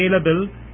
available